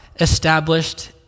established